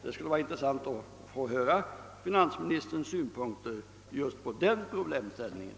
Det skulle vara intressant att få höra finansministerns synpunkter just på den problemställningen.